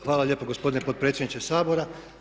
Hvala lijepa gospodine potpredsjedniče Sabora.